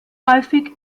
häufig